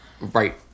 Right